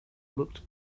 looked